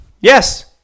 Yes